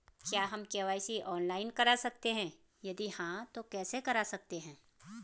क्या हम KYC online करा सकते हैं यदि हाँ तो कैसे करा सकते हैं?